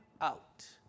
out